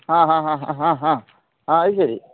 ആ ഹാ ഹാ ഹാ ഹാ ഹാ ആ അതുശരി